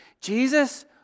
Jesus